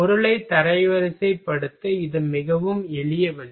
பொருளை தரவரிசைப்படுத்த இது மிகவும் எளிய வழி